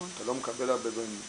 אתה לא מקבל הרבה דברים,